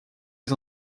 des